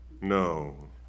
no